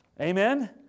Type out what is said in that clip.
Amen